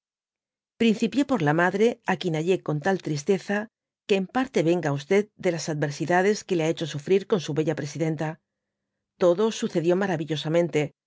principié por la madre á quien hallé con tal tristeza que en parte venga á de las adversidades que le ha hecho sufrir con su bella presidenta todo sucedió maravillosamente